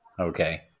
Okay